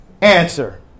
answer